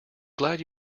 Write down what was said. glad